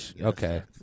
okay